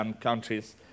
countries